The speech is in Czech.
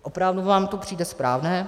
Opravdu vám to přijde správné?